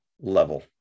level